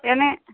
என்ன